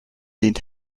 leaned